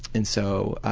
and so